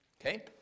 Okay